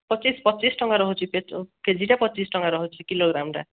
ପଚିଶ ପଚିଶ ଟଙ୍କା ରହୁଛି କେଜିଟା ପଚିଶ ଟଙ୍କା ରହୁଛି କିଲୋଗ୍ରାମ୍ଟା